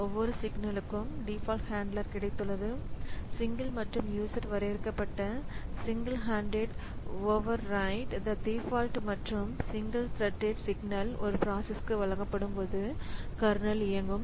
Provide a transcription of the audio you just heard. ஒவ்வொரு சிக்னலுக்கும் default handler கிடைத்துள்ளது சிங்கிள் மற்றும் யூசர் வரையறுக்கப்பட்ட signal handler override the default மற்றும் சிங்கிள் த்ரெட்டெட் சிக்னல் ஒரு பிராசஸ்க்கு வழங்கப்படும் போது கர்னல் இயங்கும்